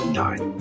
nine